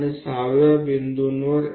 તો ચાલો આપણે આ બિંદુઓને જોડીએ